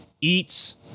eats